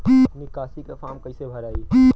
निकासी के फार्म कईसे भराई?